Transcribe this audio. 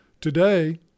today